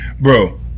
bro